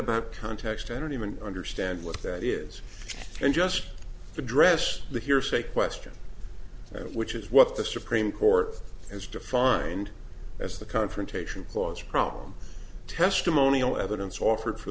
about context i don't even understand what that is and just address the hearsay question which is what the supreme court has defined as the confrontation clause problem testimonial evidence offered for